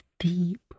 deep